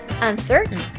uncertain